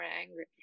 angry